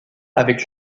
avec